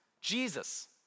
Jesus